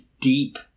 deep